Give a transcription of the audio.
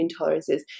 intolerances